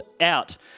out